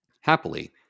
Happily